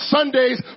Sundays